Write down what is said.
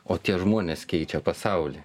o tie žmonės keičia pasaulį